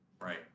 Right